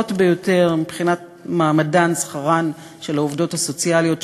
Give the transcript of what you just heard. חמורות ביותר מבחינת מעמדן ושכרן של העובדות הסוציאליות,